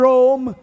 Rome